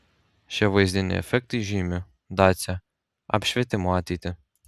šie vaizdiniai efektai žymi dacia apšvietimo ateitį